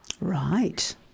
Right